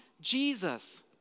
Jesus